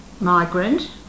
migrant